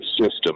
system